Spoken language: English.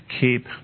keep